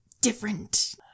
different